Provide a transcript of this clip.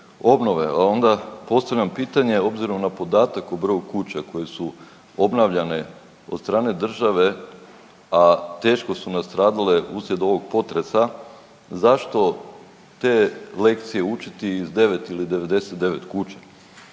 obnove. A onda postavljam pitanje obzirom na podatak o broju kuća koje su obnavljane od strane države, a teško su nastradale uslijed ovog potresa zašto te lekcije učiti iz 9 ili 99 kuća?